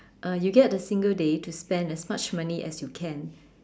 uh you get a single day to spend as much money as you can